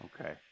Okay